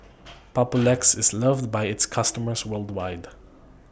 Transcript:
Papulex IS loved By its customers worldwide